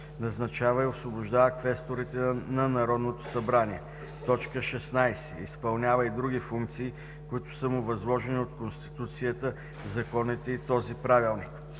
назначава и освобождава квесторите на Народното събрание; 16. изпълнява и други функции, които са му възложени от Конституцията, законите и този правилник.